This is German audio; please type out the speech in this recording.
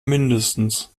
mindestens